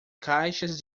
caixas